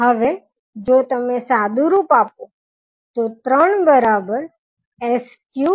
હવે જો તમે સર્કિટ જુઓ તો સર્કિટ માટે મેશ એનાલિસીસ વાપરી શકશો